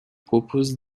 proposent